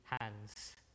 hands